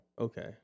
Okay